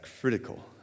critical